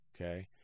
okay